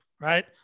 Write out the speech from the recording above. right